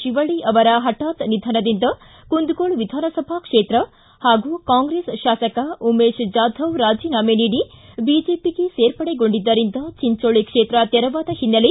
ಶಿವಲ್ಲಿ ಅವರ ಹಠಾತ್ ನಿಧನದಿಂದ ಕುಂದಗೋಳ ವಿಧಾನಸಭಾ ಕ್ಷೇತ್ರ ಹಾಗೂ ಕಾಂಗ್ರೆಸ್ ಶಾಸಕ ಉಮೇಶ್ ಜಾಧವ್ ರಾಜೀನಾಮೆ ನೀಡಿ ಬಿಜೆಪಿಗೆ ಸೇರ್ಪಡೆಗೊಂಡಿದ್ದರಿಂದ ಚಿಂಚೋಳಿ ಕ್ಷೇತ್ರ ತೆರವಾದ ಹಿನ್ನೆಲೆ